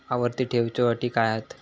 आवर्ती ठेव च्यो अटी काय हत?